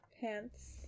pants